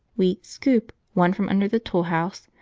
we scoop one from under the tool-house,